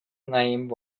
name